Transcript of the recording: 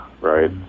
right